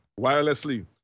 wirelessly